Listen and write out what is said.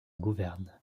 gouverne